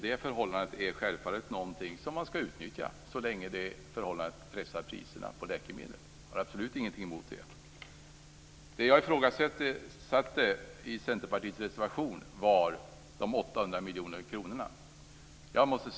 Detta är självfallet någonting som man skall utnyttja så länge det pressar priserna på läkemedel. Jag har absolut ingenting emot det. Det som jag ifrågasatte i Centerpartiets motion är de 800 miljoner kronorna.